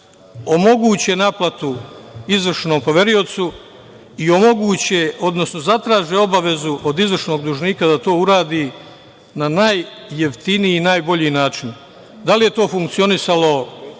omoguće naplatu izvršnom poveriocu i omoguće, odnosno zatraže obavezu od izvršnog dužnika da to uradi na najjeftiniji i najbolji način. Da li je to funkcionisalo najbolje?